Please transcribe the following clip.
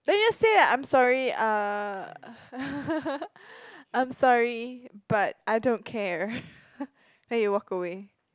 then you just say ah I'm sorry uh I'm sorry but I don't care then you walk away